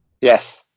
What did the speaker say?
Yes